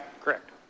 Correct